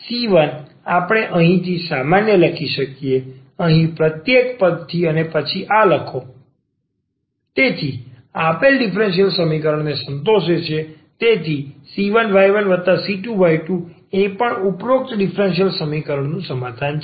c1 આપણે અહીંથી સામાન્ય લઈએ છીએ અહીં પ્રત્યેક પદ થી અને પછી આ લખો dndxnc1y1c2y2a1dn 1dxn 1c1y1c2y2anc1y1c2y2 c1dndxny1a1dn 1dxn 1y1any1c2dndxny2a1dn 1dxn 1y2any20 તેથી આ આપેલ ડીફરન્સીયલ સમીકરણ ને સંતોષે છે તેથી c1y1c2y2 એ પણ ઉપરોક્ત ડીફરન્સીયલ સમીકરણ નું સમાધાન છે